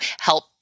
help